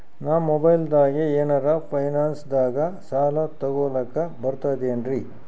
ನಾ ಮೊಬೈಲ್ದಾಗೆ ಏನರ ಫೈನಾನ್ಸದಾಗ ಸಾಲ ತೊಗೊಲಕ ಬರ್ತದೇನ್ರಿ?